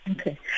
Okay